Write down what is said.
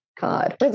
god